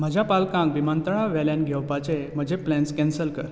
म्हज्या पालकांक विमानतळा वेल्यान घेवपाचे म्हजे प्लॅन्स कॅन्सल कर